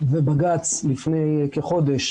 ובג"צ לפני כחודש